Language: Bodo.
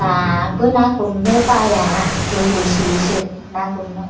दाबो ना गुरनो बाया लुगैसोयोसो ना गुरनो